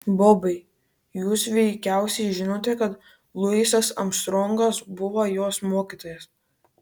bobai jūs veikiausiai žinote kad luisas armstrongas buvo jos mokytojas